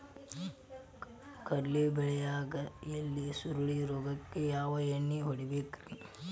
ಕಡ್ಲಿ ಬೆಳಿಯಾಗ ಎಲಿ ಸುರುಳಿ ರೋಗಕ್ಕ ಯಾವ ಎಣ್ಣಿ ಹೊಡಿಬೇಕ್ರೇ?